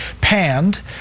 panned